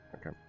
Okay